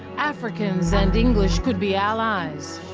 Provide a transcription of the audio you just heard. africans and english could be allies,